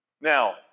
Now